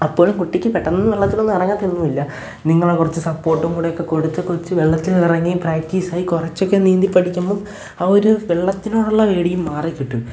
അപ്പോൾ കുട്ടിക്ക് പെട്ടെന്ന് വെള്ളത്തിലൊന്നും ഇറങ്ങാത്തൊന്നുമില്ല നിങ്ങളും കുറച്ച് സപ്പോട്ടും കൂടെയൊക്കെ കൊടുത്ത് കൊച്ച് വെള്ളത്തിലിറങ്ങി പ്രാക്റ്റീസായി കുറച്ചൊക്കെ നീന്തി പഠിക്കുമ്പോള് ആ ഒരു വെള്ളത്തിനോടുള്ള പേടിയും മാറിക്കിട്ടും